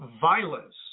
violence